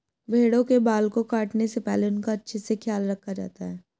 भेड़ों के बाल को काटने से पहले उनका अच्छे से ख्याल रखा जाता है